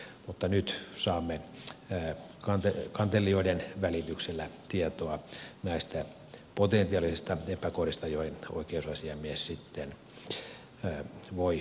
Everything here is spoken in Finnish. mutta nyt saamme kantelijoiden välityksellä tietoa näistä potentiaalisista epäkohdista joihin oikeusasiamies sitten voi puuttua